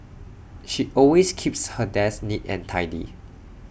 she always keeps her desk neat and tidy